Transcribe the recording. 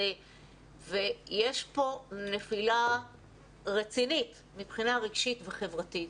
ויש פה נפילה רצינית מבחינה רגשית וחברתית.